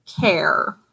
care